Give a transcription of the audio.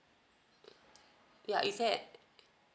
ya is there